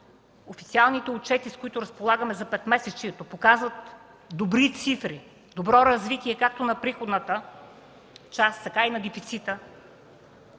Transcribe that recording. официалните отчети, с които разполагаме за петмесечието, показват добри цифри, добро развитие както на приходната част, така и на дефицита,